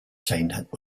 saint